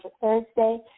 Thursday